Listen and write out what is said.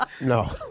No